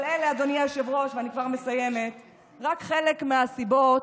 נא לסכם.